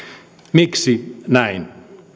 miksi näin